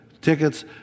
tickets